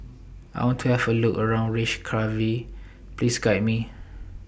I want to Have A Look around Please Guide Me